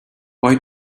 why